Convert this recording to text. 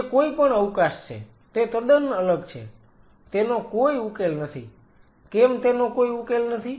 તે કોઈપણ અવકાશ છે તે તદ્દન અલગ છે તેનો કોઈ ઉકેલ નથી કેમ તેનો કોઈ ઉકેલ નથી